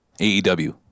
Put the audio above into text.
AEW